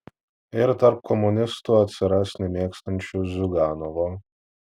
ir tarp komunistų atsiras nemėgstančių ziuganovo